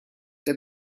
der